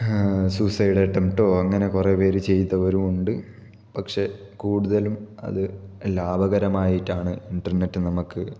suicide അറ്റംമ്ൻറ്റോ അങ്ങനെ കുറെ പേര് ചെയ്തവരും ഉണ്ട് പക്ഷെ കൂടുതലും അത് ലാഭകരമായിട്ടാണ് ഇന്റർനെറ്റ് നമുക്ക്